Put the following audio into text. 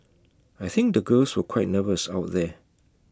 I think the girls were quite nervous out there